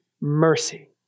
mercy